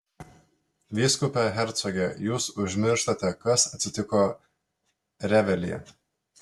vyskupe hercoge jūs užmirštate kas atsitiko revelyje